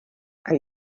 are